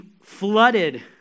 flooded